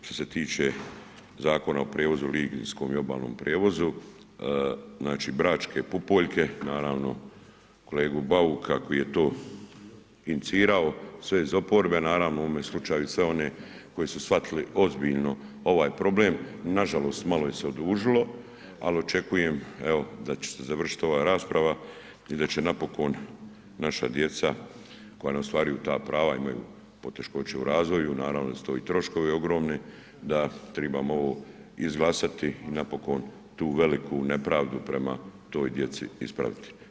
Što se tiče zakona o prijevozu, linijskom i obalnom prijevozu, znači „Bračke pupoljke“ naravno, kolegu Bauka koji je to inicirao, sve iz oporbe naravno, u ovome slučaju i sve one koji su shvatili ovaj problem, nažalost malo se odužilo ali očekujem evo da će se završiti ova rasprava i da će napokon naša djeca koja ostvaruju ta prava, imaju poteškoća u razvoju, naravno da su tu i troškovi ogromni, da trebamo ovo izglasati i napokon tu veliku nepravdu prema toj djeci ispraviti.